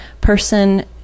person